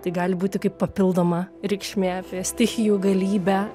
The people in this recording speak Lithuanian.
tai gali būti kaip papildoma reikšmė apie stichijų galybę